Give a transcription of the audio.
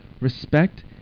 respect